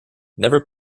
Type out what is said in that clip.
never